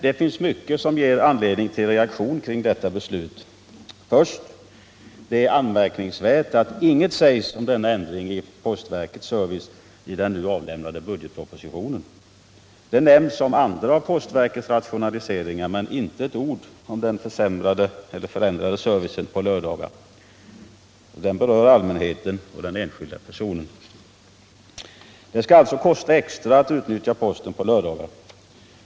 Det finns mycket kring detta beslut som ger anledning till reaktion. Först och främst är det anmärkningsvärt att inget sägs om denna ändring av postverkets service i den nu avlämnade budgetpropositionen. Där nämns andra postverkets rationaliseringar, men det finns inte ett ord om den förändrade servicen på lördagar, en ändring som berör allmänheten och den enskilda personen. Det skall alltså kosta extra att utnyttja posten på lördagar.